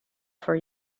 for